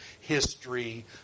history